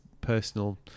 personal